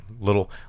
Little